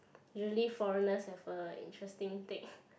usually foreigners have a interesting take